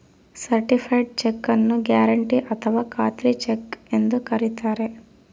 certified check ನ್ನು guarantee ಅಥಾವ ಖಾತ್ರಿ ಚೆಕ್ ಎಂದು ಕರಿತಾರೆ